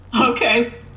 Okay